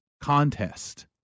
contest